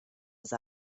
als